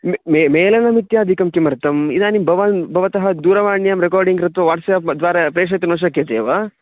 मे मे मेलनमित्यादिकं किमर्थम् इदानीं भवान् भवतः दूरवाण्यां रेकार्डिङ्ग् कृत्वा वाट्साप्द्वारा प्रेषयितुं न शक्यते वा